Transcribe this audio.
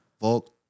Volk